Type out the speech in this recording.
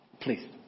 please